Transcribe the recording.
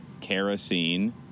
kerosene